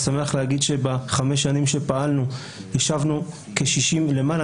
אני שמח להגיד שבחמש שנים שפעלנו השבנו למעלה